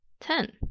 ten